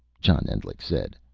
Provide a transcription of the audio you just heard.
john endlich said.